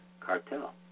cartel